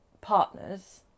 partners